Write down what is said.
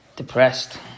Depressed